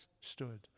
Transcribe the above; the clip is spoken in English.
stood